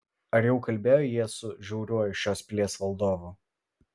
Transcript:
ar jau kalbėjo jie su žiauriuoju šios pilies valdovu